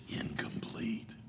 incomplete